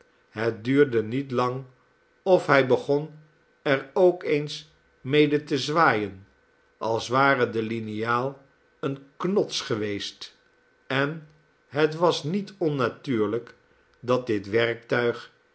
het duurde niet lang of hij begon er ook eens mede te zwaaien als ware de liniaal eene knods geweest en het was niet onnatuurlijk dat dit werktuig